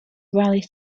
rallies